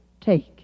take